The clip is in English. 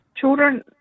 children